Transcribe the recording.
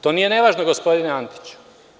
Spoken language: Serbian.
To nije nevažno, gospodine Antiću.